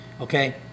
Okay